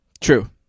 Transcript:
True